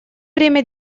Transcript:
время